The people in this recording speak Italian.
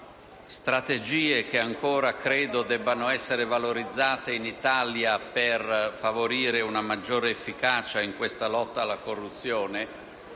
strategie che ancora credo debbano essere valorizzate in Italia per favorire una maggiore efficacia nella lotta alla corruzione